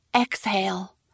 exhale